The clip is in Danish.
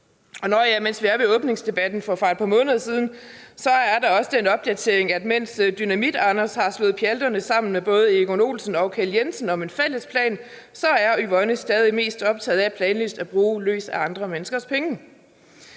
ja, mens vi er ved åbningsdebatten for et par måneder siden, er der også den opdatering, at mens Dynamit Anders har slået pjalterne sammen med både Egon Olsen og Kjeld Jensen om en fælles plan, er Yvonne stadig mest optaget af planløst at bruge løs af andre menneskers penge.